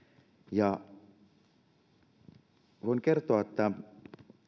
voin kertoa että